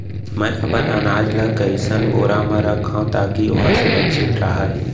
मैं अपन अनाज ला कइसन बोरा म रखव ताकी ओहा सुरक्षित राहय?